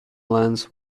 lands